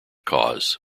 cause